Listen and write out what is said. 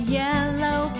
yellow